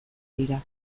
dira